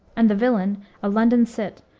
and the villain a london cit,